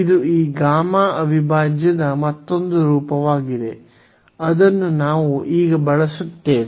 ಇದು ಈ ಗಾಮಾ ಅವಿಭಾಜ್ಯದ ಮತ್ತೊಂದು ರೂಪವಾಗಿದೆ ಅದನ್ನು ನಾವು ಈಗ ಬಳಸುತ್ತೇವೆ